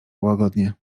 łagodnie